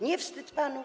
Nie wstyd panu?